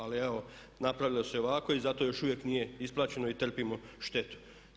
Ali evo, napravilo se ovako i zato još uvijek nije isplaćeno i trpimo štetu.